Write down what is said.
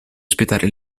ospitare